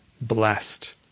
blessed